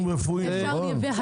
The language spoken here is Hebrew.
בגלל נושאים רפואיים, נכון?